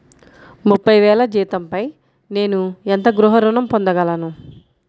ముప్పై వేల జీతంపై నేను ఎంత గృహ ఋణం పొందగలను?